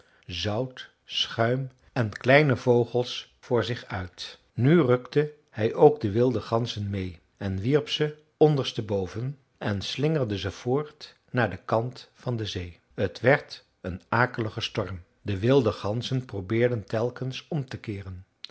zout schuim en kleine vogels voor zich uit nu rukte hij ook de wilde ganzen meê en wierp ze onderste boven en slingerde ze voort naar den kant van de zee t werd een akelige storm de wilde ganzen probeerden telkens om te keeren